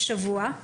בשבוע.